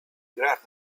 draag